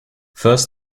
first